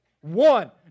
One